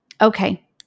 Okay